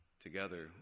Together